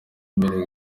mbere